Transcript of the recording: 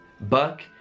Buck